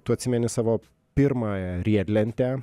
tu atsimeni savo pirmą riedlentę